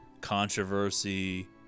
controversy